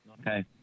Okay